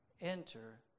enter